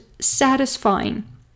satisfying